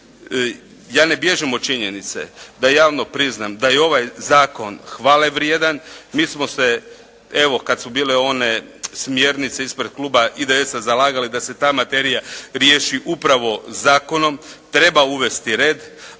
Ja ne bježim od činjenice da javno priznam da je ovaj zakon hvale vrijedan. Mi smo se evo kada su bile one smjernice ispred kluba IDS-a zalagali da se ta materija riješi upravo zakonom. Treba uvesti red,